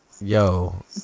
Yo